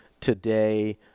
today